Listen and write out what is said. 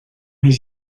his